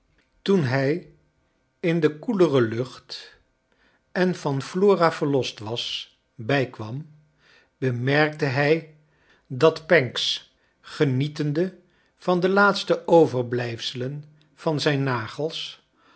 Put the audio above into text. toen hij in de koelere lucht en van flora verlost wat bijkwam bemerkte hij dat pancks genietende van de laatste overblijfselen van zijn nagels